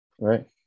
right